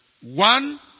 One